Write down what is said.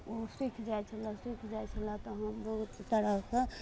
तऽ ओ सूखि जाइ छलऽ सूखि जाइ छलै तऽ हम बहुत तरहके